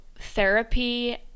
therapy